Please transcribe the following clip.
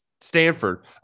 Stanford